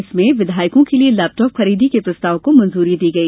इसमें विधायकों के लिये लेपटॉप खरीदी के प्रस्ताव को मंजूरी दी गई